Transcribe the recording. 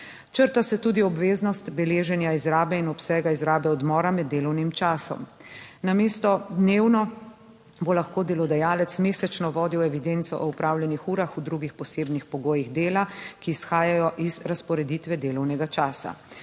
Črta se tudi obveznost beleženja izrabe in obsega izrabe odmora med delovnim časom. Namesto dnevno bo lahko delodajalec mesečno vodil evidenco o opravljenih urah v drugih posebnih pogojih dela, ki izhajajo iz razporeditve delovnega časa